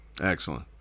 Excellent